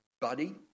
buddy